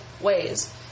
ways